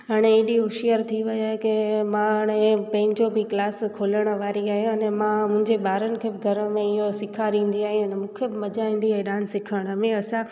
हाणे एॾी होशियारु थी वई आहियां की मां हाणे पंहिंजो बि क्लास खोलण वारी आहियां अने मां मुंहिंजे ॿारनि खे घर में इहो सेखारींदी आहियां न मूंखे बि मज़ा ईंदी आहे डांस सिखण में असां